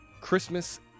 Christmas